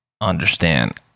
understand